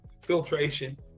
filtration